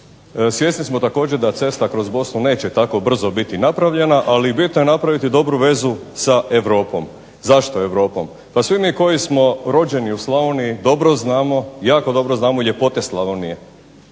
Svjesni smo također da cesta kroz Bosnu neće tako brzo biti napravljena ali bitno je napraviti dobru vezu sa Europom. Zašto Europom? Pa svi mi koji smo rođeni u Slavoniji dobro znamo, jako dobro znamo ljepote Slavonije.